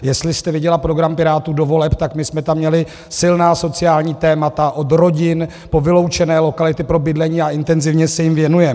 Jestli jste viděla program Pirátů do voleb, tak my jsme tam měli silná sociální témata od rodin po vyloučené lokality pro bydlení a intenzivně se jim věnujeme.